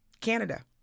Canada